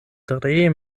tre